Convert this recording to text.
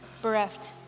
bereft